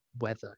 weather